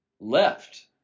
Left